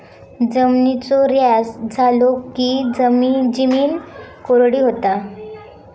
जिमिनीचो ऱ्हास झालो की जिमीन कोरडी होता